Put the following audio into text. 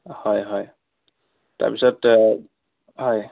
হয় হয় তাৰপিছত হয়